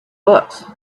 books